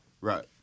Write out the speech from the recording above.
right